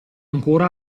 ancora